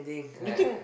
you think